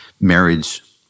marriage